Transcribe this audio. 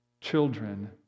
children